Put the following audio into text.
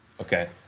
okay